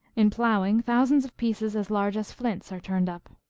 in plowing, thousands of pieces as large as flints are turned up.